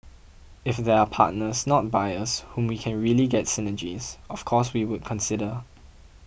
if there are partners not buyers whom we can really get synergies of course we would consider